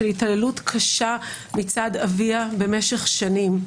של התעללות קשה מצד אביה במשך שנים.